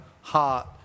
heart